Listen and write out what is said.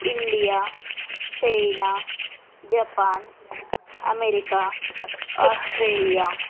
India China Japan America Australia